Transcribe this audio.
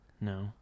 no